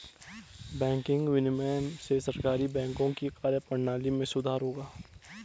banking विनियमन से सहकारी बैंकों की कार्यप्रणाली में सुधार होगा